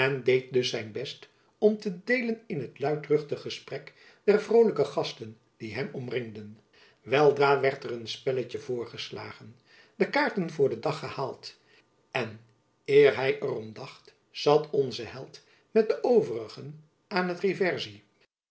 dus zijn best om te deelen in het luidruchtig gesprek der vrolijke gasten die hem omringden weldra werd er een spelletjen voorgeslagen de kaarten voor den dag gehaald en eer hy er om dacht zat onze held met de overigen aan het